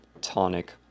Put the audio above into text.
tonic